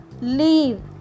leave